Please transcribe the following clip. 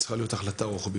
זו צריכה להיות החלטה רוחבית.